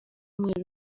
mwe